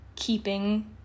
Keeping